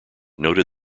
noted